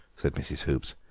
said mrs. hoops,